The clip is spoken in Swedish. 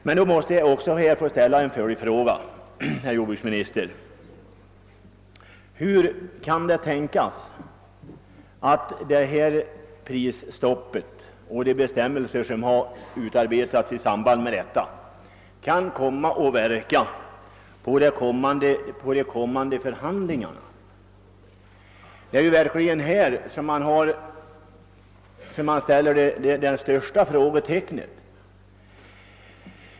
Men då måste jag också ställa en följdfråga: Hur kan prisstoppet och de bestämmelser som har utarbetats i samband med det komma att påverka de stundande förhandlingarna? Det är där man sätter det största frågetecknet.